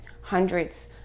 hundreds